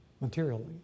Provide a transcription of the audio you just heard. materially